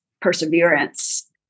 Perseverance